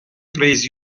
praise